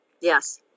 Yes